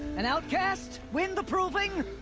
an outcast. win the proving?